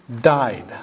died